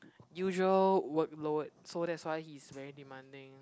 usual workload so that's why he is very demanding